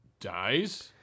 dies